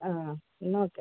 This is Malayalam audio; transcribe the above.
ആ എന്നാൽ ഓക്കേ